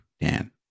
Dan